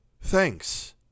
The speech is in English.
Thanks